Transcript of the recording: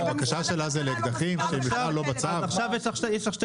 במשרד הכלכלה --- עכשיו יש לך שתי